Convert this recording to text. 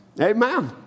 Amen